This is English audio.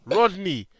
Rodney